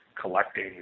collecting